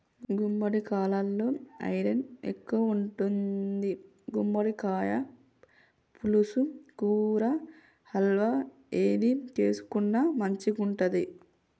గుమ్మడికాలలో ఐరన్ ఎక్కువుంటది, గుమ్మడికాయ పులుసు, కూర, హల్వా ఏది చేసుకున్న మంచిగుంటది